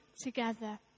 together